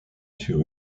sur